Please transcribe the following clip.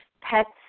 pets